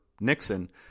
Nixon